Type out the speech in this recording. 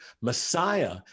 Messiah